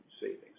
savings